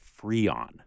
Freon